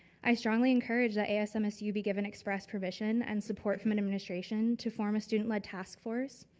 i strongly encourage that asmsu be given express provision and support from and administration to form a student-led task force,